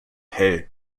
hell